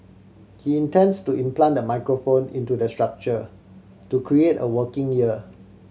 he intends to implant the microphone into the structure to create a working ear